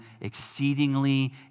exceedingly